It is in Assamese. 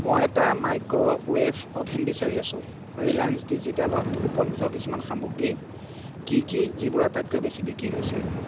মই এটা মাইক্ৰ'ৱে'ভ অ'ভেন বিচাৰি আছো ৰিলায়েন্স ডিজিটেলত উপলব্ধ কিছুমান সামগ্ৰী কি কি যিবোৰ আটাইতকৈ বেছি বিক্ৰী হৈছে